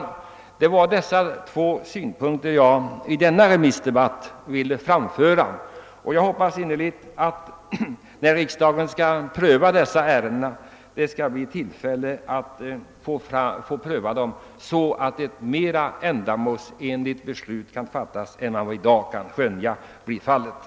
Detta var de synpunkter jag ville framföra i denna remissdebatt, och jag hoppas innerligt att riksdagen, när vägfrågorna behandlas, får tillfälle att pröva dem ordentligt, så att ett mera ändamålsenligt beslut än det vi i dag kan skönja då kommer att fattas.